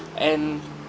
and